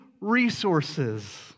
resources